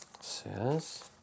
says